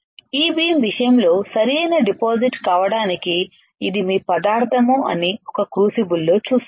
ఇ beam విషయంలో సరైన deposit కావడానికి ఇది మీ పదార్థం అని ఒక క్రూసిబుల్ లో చూశాము